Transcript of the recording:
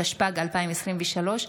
התשפ"ג 2023,